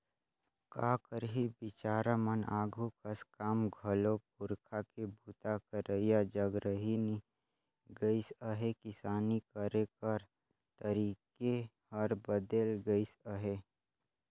का करही बिचारा मन आघु कस काम घलो पूरखा के बूता करइया जग रहि नी गइस अहे, किसानी करे कर तरीके हर बदेल गइस अहे